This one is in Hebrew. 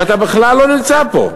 ואתה בכלל לא נמצא פה.